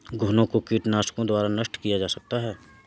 घुनो को कीटनाशकों द्वारा नष्ट किया जा सकता है